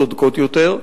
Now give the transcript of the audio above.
צודקות יותר.